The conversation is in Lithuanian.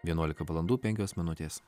vienuolika valandų penkios minutės